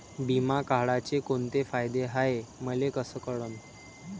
बिमा काढाचे कोंते फायदे हाय मले कस कळन?